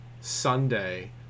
Sunday